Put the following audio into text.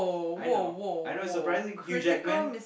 I know I know surprising Hugh-Jackman